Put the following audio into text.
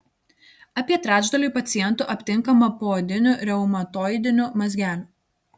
apie trečdaliui pacientų aptinkama poodinių reumatoidinių mazgelių